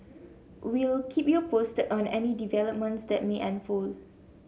we'll keep you posted on any developments that may unfold